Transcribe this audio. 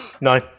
No